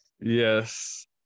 Yes